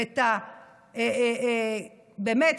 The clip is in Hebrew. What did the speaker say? ובאמת,